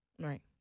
Right